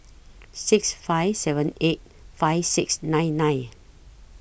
six five seven eight five six nine nine